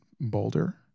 Boulder